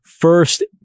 First